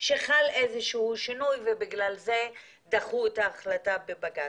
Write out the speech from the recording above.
שחל איזה שהוא שינוי ובגלל זה דחו את ההחלטה בבג"צ.